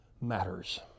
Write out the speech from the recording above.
matters